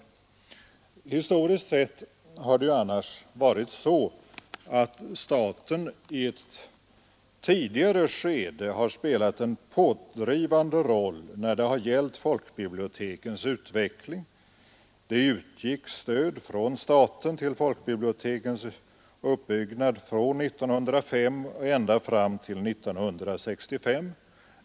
Historiskt sett har det ju annars varit så, att staten i ett tidigare skede har spelat en pådrivande roll när det gällt folkbibliotekens utveckling. Det utgick stöd från staten till folkbibliotekens uppbyggnad från 1905 ända fram till 1965.